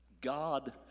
God